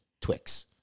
Twix